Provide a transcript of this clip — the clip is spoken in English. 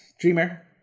Dreamer